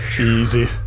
Easy